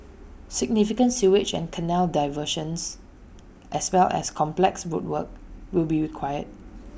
significant sewage and canal diversions as well as complex road work will be required